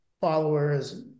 followers